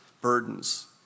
burdens